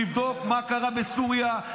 תבדוק מה קרה בסוריה,